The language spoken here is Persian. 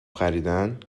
خریدن